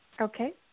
Okay